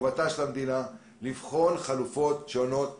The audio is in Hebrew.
לבחון חלופות שונות אחרות.